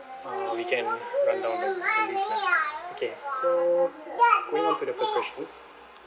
uh we can run down the the list lah okay so going on to the first question